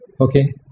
Okay